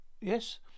Yes